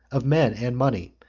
of men and money,